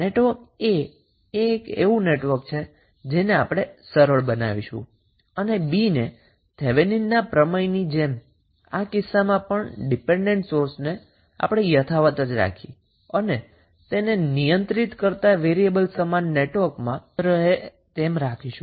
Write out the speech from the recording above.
network A એ એક એવું નેટવર્ક છે જેને આપણે સરળ બનાવીશું અને B ને થેવેનિનના થિયરમની જેમ આ કિસ્સામાં પણ ડિપેન્ડન્ટ સોર્સને આપણે યથાવત રાખી અને તેને નિયંત્રિત કરતાં વેરીએબલ સમાન નેટવર્કમાં જ રહે તેમ રાખીશું